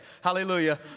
Hallelujah